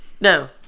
No